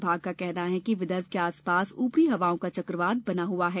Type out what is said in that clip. विभाग का कहना है कि विदर्भ के आसपास ऊपरी हवाओं का चक्रवात बना हुआ है